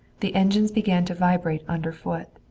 the engines began to vibrate under foot.